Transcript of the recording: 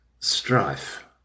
strife